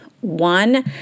one